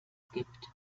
gibt